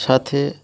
সাথে